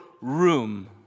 room